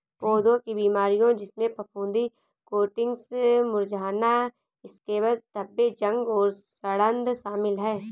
पौधों की बीमारियों जिसमें फफूंदी कोटिंग्स मुरझाना स्कैब्स धब्बे जंग और सड़ांध शामिल हैं